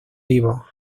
vivo